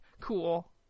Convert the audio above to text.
cool